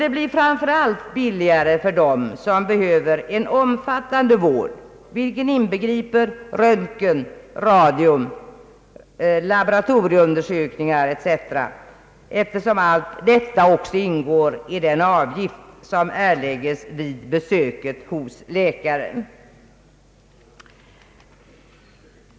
Det blir framför allt billigare för dem som behöver en omfattande vård, med röntgen, radium, laboratorieundersökningar etc., eftersom allt detta också ingår i den avgift som erlägges vid besöket hos läkaren.